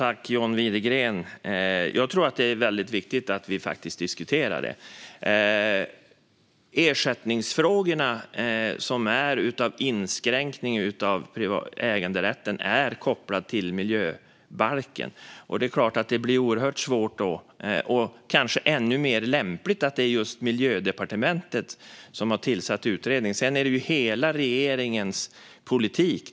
Fru talman! Jag tror att det är väldigt viktigt att vi diskuterar detta. Ersättningsfrågorna när det gäller inskränkning av äganderätten är kopplade till miljöbalken. Det är klart att det då blir oerhört svårt. Och då kanske det är ännu mer lämpligt att det är just Miljödepartementet som har tillsatt utredningen. Sedan är det hela regeringens politik.